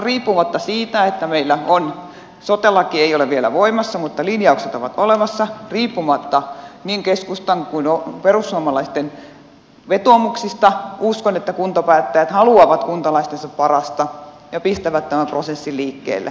riippumatta siitä että meillä sote laki ei ole vielä voimassa mutta linjaukset ovat olemassa riippumatta niin keskustan kuin perussuomalaisten vetoomuksista uskon että kuntapäättäjät haluavat kuntalaistensa parasta ja pistävät tämän prosessin liikkeelle